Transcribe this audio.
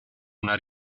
una